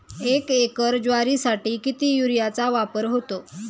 एक एकर ज्वारीसाठी किती युरियाचा वापर होतो?